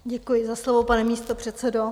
Děkuji za slovo, pane místopředsedo.